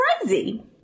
crazy